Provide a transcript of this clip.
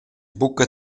buca